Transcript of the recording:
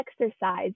exercise